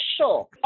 sure